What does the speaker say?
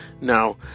Now